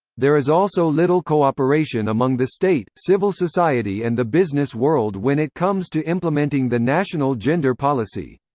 there is also little co-operation among the state, civil society and the business world when it comes to implementing the national gender policy.